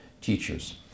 teachers